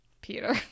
Peter